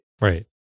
Right